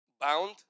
bound